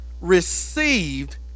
received